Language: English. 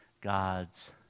God's